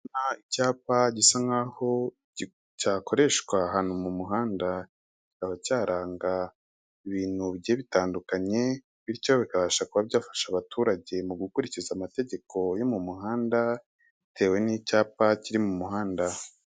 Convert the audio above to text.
Nta cyapa gisa nkaho cyakoreshwa ahantu mu muhanda kikaba cyaranga ibintu bigiye bitandukanye bityo bikabasha kuba byafasha abaturage mu gukurikiza amategeko yo mu muhanda bitewe n'icyapa kiri mu muhanda .